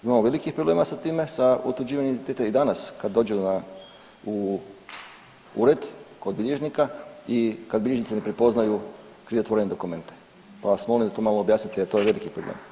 Imamo velikih problema sa time, sa utvrđivanjem identiteta i danas kad dođemo u ured kod bilježnika i kad bilježnici ne prepoznaju krivotvorene dokumente, pa vas molim da to malo objasnite jer to je veliki problem.